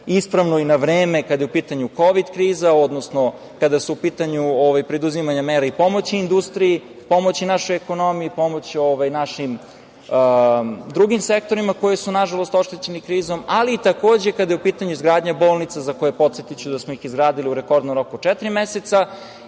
ispravno i na vreme, kada je u pitanju kovid kriza, odnosno kada su u pitanju preduzimanje mera i pomoć industriji, pomoć našoj ekonomiji, pomoć drugim sektorima koji su nažalost oštećeni krizom, ali, takođe i kada je u pitanju izgradnja bolnica, podsetiću vas da smo ih izgradili u rekordnom roku od četiri meseca,